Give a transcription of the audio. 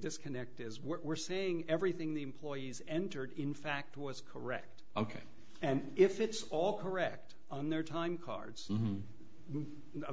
disconnect is we're saying everything the employees entered in fact was correct ok and if it's all correct on their timecards